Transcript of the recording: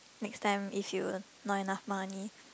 next time if you not enough money